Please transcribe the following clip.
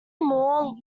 moor